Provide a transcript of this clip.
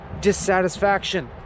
dissatisfaction